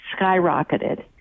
skyrocketed